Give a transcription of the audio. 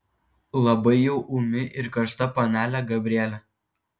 labai jau ūmi ir karšta panelė gabrielė